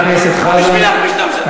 בשביל להכפיש את המדינה.